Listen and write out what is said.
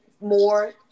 more